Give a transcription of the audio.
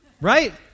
Right